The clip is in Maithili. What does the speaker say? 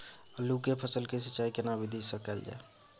आलू के फसल के सिंचाई केना विधी स कैल जाए?